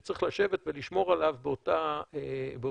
שצריך לשבת ולשמור עליו באותו בידוד